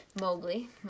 Mowgli